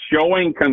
showing